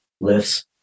lifts